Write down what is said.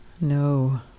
No